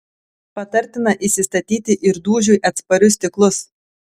patartina įsistatyti ir dūžiui atsparius stiklus